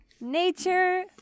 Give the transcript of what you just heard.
Nature